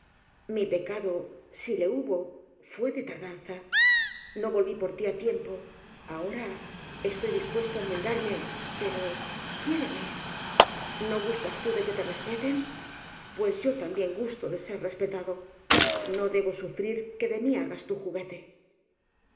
mi pecado si le hubo fué de tardanza no volví por tí á tiem po ahora estoy dispuesto á enmendarme pero quiéreme no gustas tú de que te respeten pues yo también gusto de ser respetado no debo sufrir que de mí hagas tu juguete